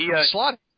Slot